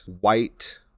white